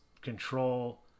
control